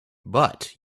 but